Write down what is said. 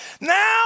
now